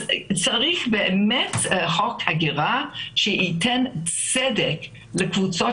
צריך באמת חוק הגירה שייתן צדק לקבוצות